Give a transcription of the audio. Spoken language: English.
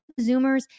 zoomers